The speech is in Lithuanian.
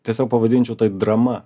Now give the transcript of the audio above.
tiesiog pavadinčiau tai drama